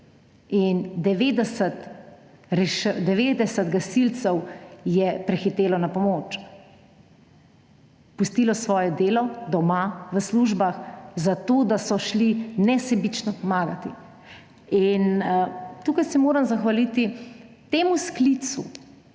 90 gasilcev je prihitelo na pomoč, pustilo svoje delo doma, v službah, zato da so šli nesebično pomagat. Tukaj se moram zahvaliti temu sklicu,